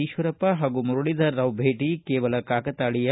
ಈಶ್ವರಪ್ಪ ಪಾಗೂ ಮುರಳೀಧರರಾವ್ ಭೇಟಿ ಕೇವಲ ಕಾಕತಾಳೀಯ